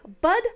Bud